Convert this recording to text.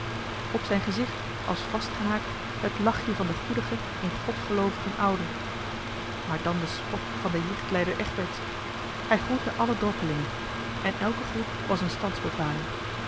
op zijn gezicht als vastgehaakt het lachje van den goedigen in god geloovenden oude maar dan de sport van den jichtlijder egberts hij groette alle dorpelingen en elke groet was een